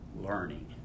learning